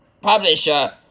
publisher